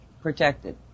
protected